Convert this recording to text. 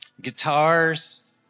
guitars